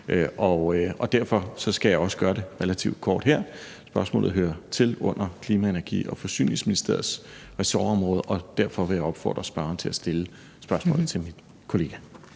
der skal ændres på ledningsføringen. Men spørgsmålet hører under Klima-, Energi- og Forsyningsministeriets ressortområde, og derfor vil jeg opfordre spørgeren til at stille spørgsmålet til min kollega.